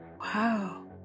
Wow